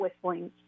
whistling